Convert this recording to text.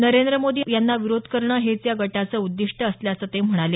नरेंद्र मोदी यांना विरोध करणं हेच या गटाचं उद्दीष्ट असल्याचं ते म्हणाले